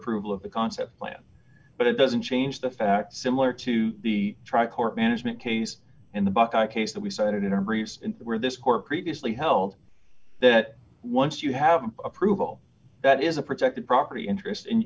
approval of the concept plan but it doesn't change the fact similar to the trial court management case in the buckeye case that we cited in our briefs were this core previously held that once you have an approval that is a protected property interest in